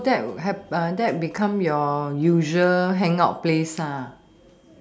so that hap~ that become your usual hang out place lah